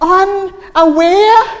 unaware